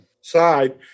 side